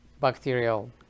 bacterial